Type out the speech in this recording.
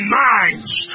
minds